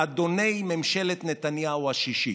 לאדוני ממשלת נתניהו השישית.